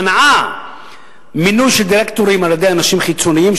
מנעה מינוי דירקטורים על-ידי אנשים חיצוניים,